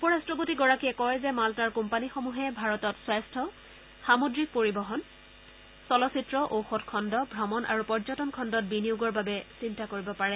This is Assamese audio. উপৰাট্টপতি গৰাকীয়ে কয় যে মালটাৰ কোম্পানীসমূহে ভাৰতত স্বাস্থ্য সামুদ্ৰিক পৰিবহণ চলচ্চিত্ৰ ঔষধ খণ্ড ভ্ৰমণ আৰু পৰ্যটন খণ্ডত বিনিয়োগৰ বাবে চিন্তা কৰিব পাৰে